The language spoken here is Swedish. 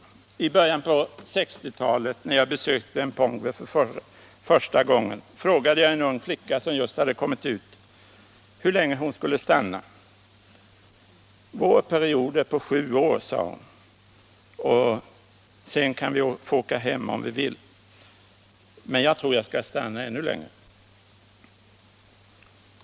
I början av 1960-talet, när jag besökte Mpongwe för första gången, frågade jag en ung flicka som just hade kommit ut hur länge hon skulle stanna. Vår period är på sju år, sade hon, sedan kan vi få åka hem om vi vill. Men jag tror att jag skall stanna ännu längre, tillade hon.